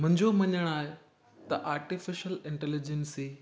मुंहिंजो मञिणो आहे त आर्टिफिशल इंटलीजंसी